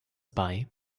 bei